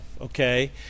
Okay